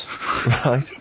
Right